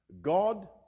God